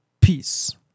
Peace